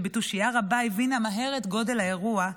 שבתושייה רבה הבינה מהר את גודל האירוע,